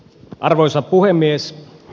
arvoisa puhemies